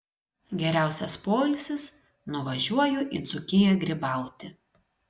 geriausias poilsis nuvažiuoju į dzūkiją grybauti